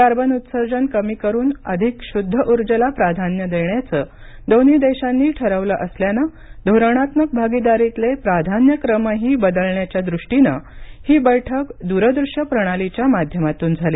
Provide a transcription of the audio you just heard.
carbon उत्सर्जन कमी करून अधिक शुद्ध उर्जेला प्राधान्य देण्याचं दोन्ही देशांनी ठरवलं असल्यानं धोरणात्मक भागीदारीतले प्राधान्यक्रमही बदलण्याच्या दृष्टीनं ही बैठक दूर दृश्य प्रणालीच्या माध्यमातून झाली